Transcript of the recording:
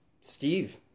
Steve